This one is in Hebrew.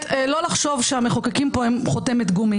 לא לחשוב שהמחוקקים פה הם חותמת גומי.